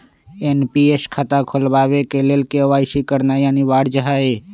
NPS खता खोलबाबे के लेल के.वाई.सी करनाइ अनिवार्ज हइ